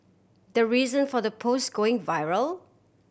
the reason for the post going viral